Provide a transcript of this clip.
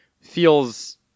feels